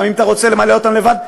גם אם אתה רוצה למלא אותם לבד,